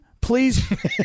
please